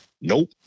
Nope